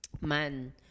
Man